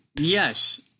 Yes